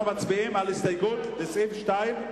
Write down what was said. אנחנו מצביעים על הסתייגות לסעיף 2,